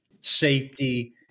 safety